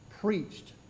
Preached